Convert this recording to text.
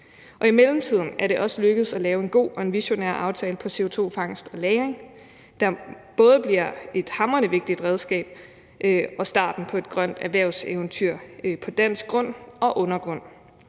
Og i mellemtiden er det også lykkedes at lave en god og visionær aftale på CO2-fangst og -lagring, der både bliver et hamrende vigtigt redskab og starten på et grønt erhvervseventyr på dansk grund og i dansk undergrund.